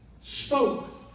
spoke